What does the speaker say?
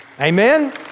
Amen